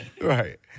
Right